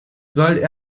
soll